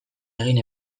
egin